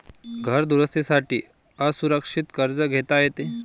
घर दुरुस्ती साठी असुरक्षित कर्ज घेता येते